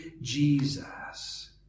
Jesus